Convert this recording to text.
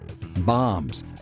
bombs